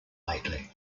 lately